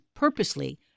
purposely